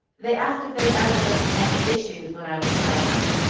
they asked if there had ever been any issues when i was growing up.